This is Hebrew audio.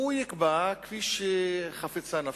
הוא יקבע כפי שחפצה נפשו.